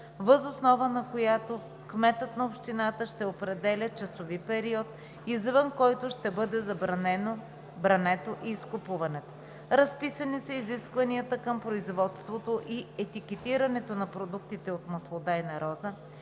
въз основа на която кметът на общината ще определя часови период, извън който ще бъде забранено брането и изкупуването. Разписани са изискванията към производството и етикетирането на продуктите от маслодайна роза